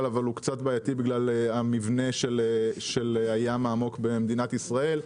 אבל הוא קצת בעייתי בגלל מבנה הים העמוק במדינת ישראל.